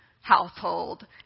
household